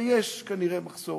ויש, כנראה, מחסור.